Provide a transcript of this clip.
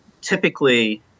typically